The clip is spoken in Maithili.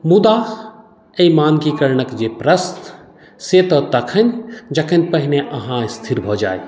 मुदा एहि मानकीकरणक जे प्रश्न से तऽ तखन जखन पहिने अहाँ स्थिर भऽ जाइ